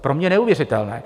Pro mě neuvěřitelné!